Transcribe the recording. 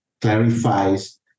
clarifies